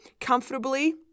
comfortably